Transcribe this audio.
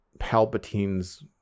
palpatine's